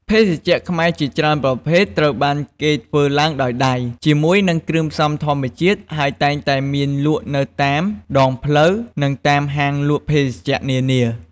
ភេសជ្ជៈខ្មែរជាច្រើនប្រភេទ ត្រូវបានគេធ្វើឡើងដោយដៃ ជាមួយនឹងគ្រឿងផ្សំធម្មជាតិ ហើយតែងតែមានលក់នៅតាមដងផ្លូវ និងតាមហាងលក់ភេសជ្ជៈនានា។